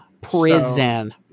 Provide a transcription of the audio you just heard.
prison